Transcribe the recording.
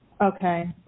Okay